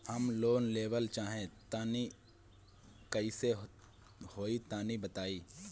हम लोन लेवल चाह तनि कइसे होई तानि बताईं?